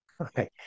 Okay